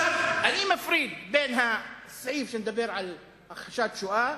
עכשיו אני מפריד בין הסעיף שמדבר על הכחשת השואה,